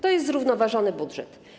To jest zrównoważony budżet.